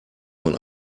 man